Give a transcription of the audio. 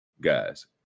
guys